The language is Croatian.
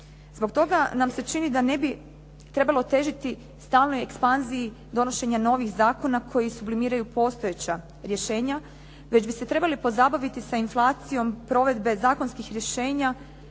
Zbog toga nam se čini da ne bi trebalo težiti stalnoj ekspanziji donošenje novih zakona koji sublimiraju postojeća rješenja već bi se trebali pozabaviti sa inflacijom provedbe zakonskih rješenja